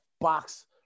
box